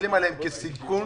מסתכלים כסיכון,